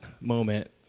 moment